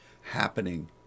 happening